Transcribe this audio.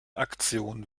aktion